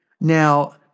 Now